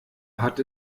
hat